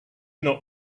not